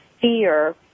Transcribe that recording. fear